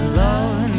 love